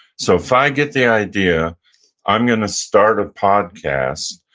so if i get the idea i'm going to start a podcast,